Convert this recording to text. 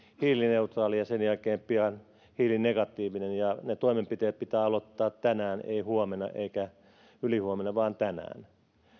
hiilineutraali ja sen jälkeen pian hiilinegatiivinen ja ne toimenpiteet pitää aloittaa tänään ei huomenna eikä ylihuomenna vaan tänään